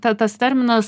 ta tas terminas